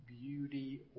beauty